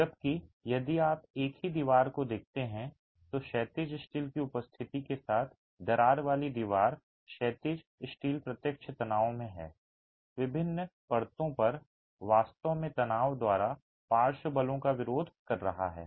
जबकि यदि आप एक ही दीवार को देखते हैं तो क्षैतिज स्टील की उपस्थिति के साथ दरार वाली दीवार क्षैतिज स्टील प्रत्यक्ष तनाव में है विभिन्न परतों पर वास्तव में तनाव द्वारा पार्श्व बलों का विरोध कर रहा है